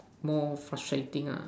more frustrating ah